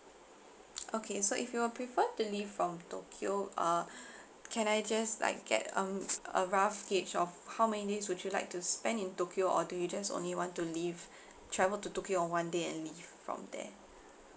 okay so if you will prefer to leave from tokyo uh can I just like get um a rough gauge of how many days would you like to spend in tokyo or do you just only want to leave travel to tokyo on one day and leave from there